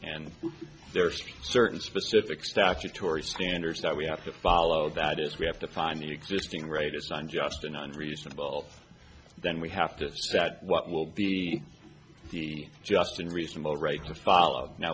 and there are certain specific statutory standards that we have to follow that is we have to find the existing rate isn't just an unreasonable then we have to that what will be the just and reasonable rate to follow now